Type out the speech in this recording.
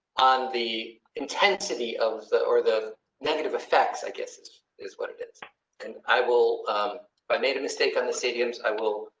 on the intensity of the or the negative effects, i guess is is what it is and i will i made a mistake on the stadiums. i will.